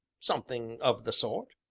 something of the sort.